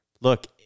Look